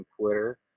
Twitter